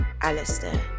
Alistair